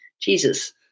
Jesus